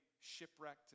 shipwrecked